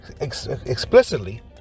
explicitly